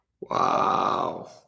Wow